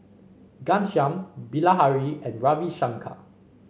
Ghanshyam Bilahari and Ravi Shankar